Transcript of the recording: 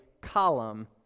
column